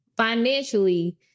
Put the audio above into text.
Financially